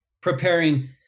preparing